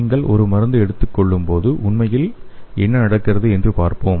நீங்கள் ஒரு மருந்து எடுத்துக் கொள்ளும்போது உண்மையில் என்ன நடக்கிறது என்று பார்ப்போம்